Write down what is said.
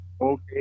okay